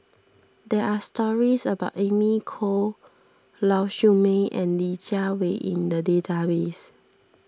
there are stories about Amy Khor Lau Siew Mei and Li Jiawei in the database